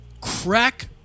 crack